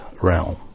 realm